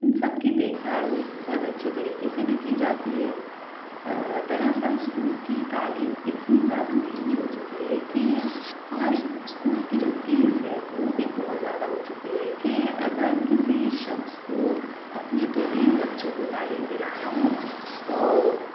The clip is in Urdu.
اِن سب کی دیکھ بھال بہت اچھے طریقے سے بھی کی جاتی ہے دراصل اسکول کی تعلیم اتنی زیادہ مہنگی ہو چُکی ہے کہ اور اسکول کی جو فیس ہے وہ بھی بہت زیادہ ہو چُکی ہے کہ اگر کسی شخص کو اپنے دو تین بچوں کو تعلیم دلانا ہو تو